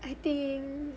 I think